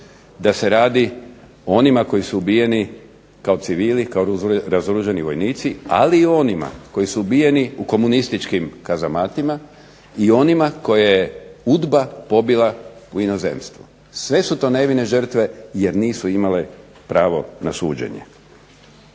da se radi o onima koji su ubijeni kao civili, kao razoružani vojnici, ali i onima koji su ubijeni u komunističkim kazamatima i onima koje je UDBA pobila u inozemstvu. Sve su to nevine žrtve jer nisu imale pravo na suđenje.